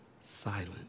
silent